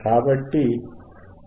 కాబట్టి 2π2000